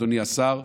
אדוני השר,